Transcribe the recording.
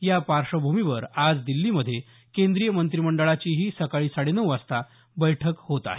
या पार्श्वभूमीवर आज दिल्लीमध्ये केंद्रीय मंत्रीमंत्रीडळाचीही सकाळी साडेनऊ वाजता बैठक होत आहे